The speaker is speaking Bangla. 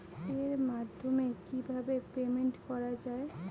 এর মাধ্যমে কিভাবে পেমেন্ট করা য়ায়?